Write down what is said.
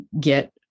get